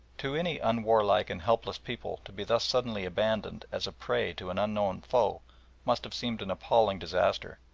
to any unwarlike and helpless people to be thus suddenly abandoned as a prey to an unknown foe must have seemed an appalling disaster,